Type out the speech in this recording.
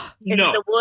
No